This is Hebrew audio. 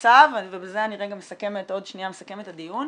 ובזה רגע אני עוד שנייה מסכמת את הדיון,